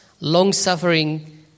long-suffering